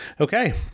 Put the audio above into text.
Okay